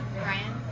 ryan?